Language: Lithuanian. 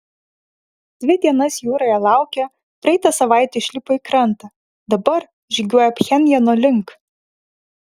dvi dienas jūroje laukę praeitą savaitę išlipo į krantą dabar žygiuoja pchenjano link